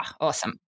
Awesome